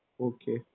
Okay